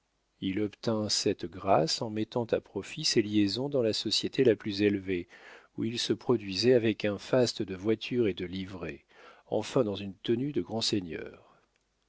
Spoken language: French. il obtint cette grâce en mettant à profit ses liaisons dans la société la plus élevée où il se produisait avec un faste de voitures et de livrées enfin dans une tenue de grand seigneur